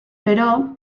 però